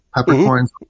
peppercorns